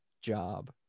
job